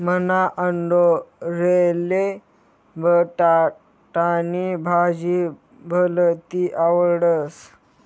मन्हा आंडोरले बटाटानी भाजी भलती आवडस